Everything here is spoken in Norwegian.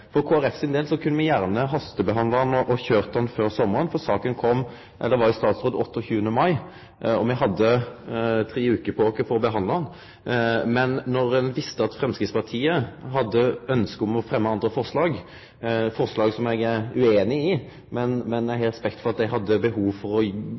og me hadde tre veker på oss for å behandle ho. Men ein visste at Framstegspartiet hadde ønske om å fremme andre forslag, forslag som eg er ueinig i, men eg har respekt for at dei hadde behov for å